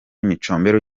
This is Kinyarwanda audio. micombero